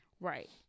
Right